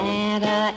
Santa